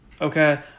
Okay